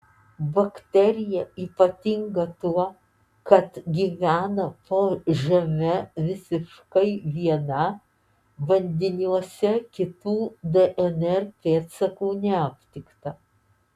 bakterija ypatinga tuo kad gyvena po žeme visiškai viena bandiniuose kitų dnr pėdsakų neaptikta